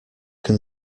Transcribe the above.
can